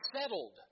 settled